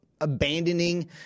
abandoning